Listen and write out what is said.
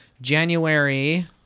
January